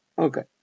Okay